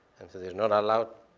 and so there's not allowed.